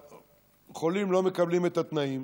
והחולים לא מקבלים את התנאים,